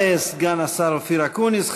תודה לסגן השר אופיר אקוניס.